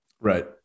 Right